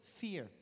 fear